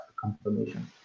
confirmation